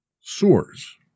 soars